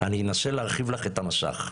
ואני אנסה להרחיב לך את המסך.